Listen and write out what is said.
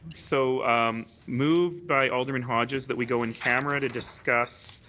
so move by alderman hodges that we go in camera to discuss